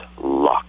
luck